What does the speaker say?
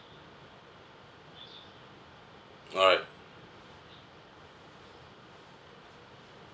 alright